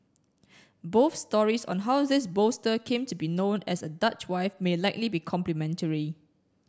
both stories on how this bolster came to be known as a Dutch wife may likely be complementary